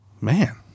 man